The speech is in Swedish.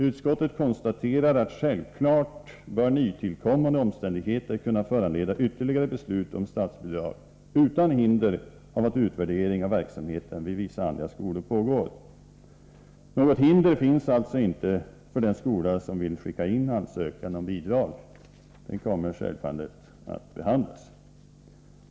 Utskottet konstaterar att självfallet bör nytillkommande omständigheter kunna föranleda ytterligare beslut om statsbidrag utan hinder av att utvärdering av verksamheten vid vissa andra skolor pågår. Något hinder finns alltså inte för den skola som vill skicka in ansökan om bidrag. Den kommer självfallet att behandlas.